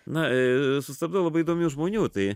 na sustabdau labai įdomių žmonių tai